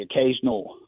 occasional